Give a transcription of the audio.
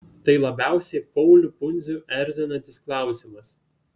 tai labiausiai paulių pundzių erzinantis klausimas